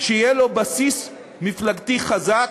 שיהיה לו בסיס מפלגתי חזק.